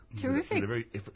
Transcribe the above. Terrific